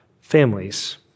families